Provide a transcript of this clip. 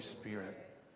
spirit